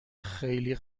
خیلی